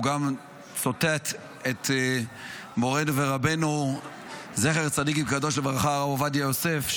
הוא גם ציטט את מורנו ורבנו זכר צדיק וקדוש לברכה הרב עובדיה יוסף,